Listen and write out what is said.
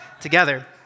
together